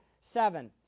seven